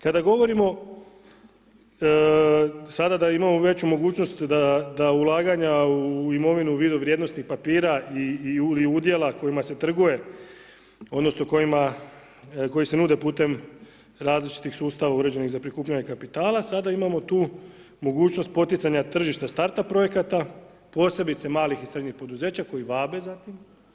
Kada govorimo sada imamo veću mogućnost da ulaganja u imovinu u vidu vrijednosnih papira i udjela kojima se trguje, odnosno kojima, koji se nude putem različitih sustava uređenih za prikupljanje kapitala sada imamo tu mogućnost poticanja tržišta start up projekata, posebice malih i srednjih poduzeća koji vape za tim.